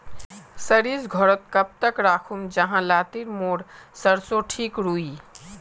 सरिस घोरोत कब तक राखुम जाहा लात्तिर मोर सरोसा ठिक रुई?